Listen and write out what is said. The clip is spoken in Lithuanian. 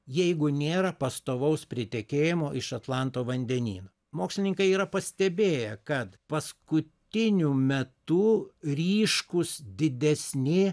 jeigu nėra pastovaus pritekėjimo iš atlanto vandenyno mokslininkai yra pastebėję kad paskutiniu metu ryškūs didesni